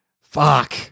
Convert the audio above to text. Fuck